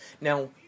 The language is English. Now